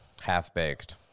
Half-baked